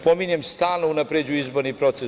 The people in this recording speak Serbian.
Pominjem stalno unapređuje izborni proces.